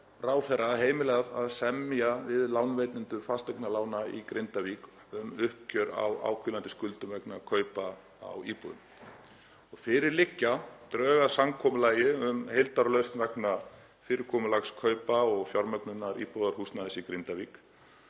ráðherra heimilað að semja við lánveitendur fasteignalána í Grindavík um uppgjör á áhvílandi skuldum vegna kaupa á íbúðum. Fyrir liggja drög að samkomulagi um heildarlausn vegna fyrirkomulags kaupa og fjármögnunar íbúðarhúsnæðis í Grindavík.